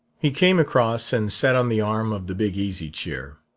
he came across and sat on the arm of the big easy-chair.